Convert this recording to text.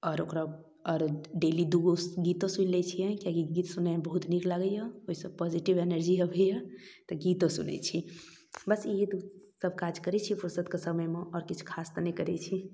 आओर ओकरा और डेली दुगो गीतो सुनि लै छियै किएककि गीत सुनैमे बहुत नीक लगैय ओइसँ पॉजिटिव एनर्जी रहैया तऽ गीतो सुनै छी बस इएहे सब काज करै छी फुरसतके समयमे आओर किछु खास तऽ नहि करै छी